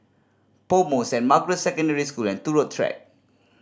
PoMo Saint Margaret Secondary School and Turut Track